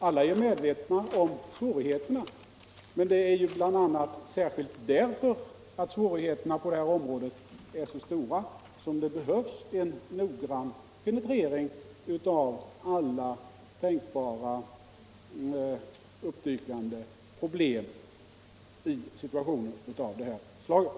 Alla är medvetna om svårigheterna, men det är ju bl.a. därför att svårigheterna på detta område är så stora som det behövs en noggrann penetrering av alla tänkbara uppdykande problem i nödsituationer av det här slaget.